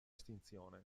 estinzione